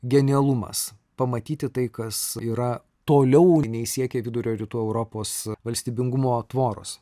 genialumas pamatyti tai kas yra toliau nei siekia vidurio rytų europos valstybingumo tvoros